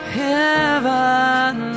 heaven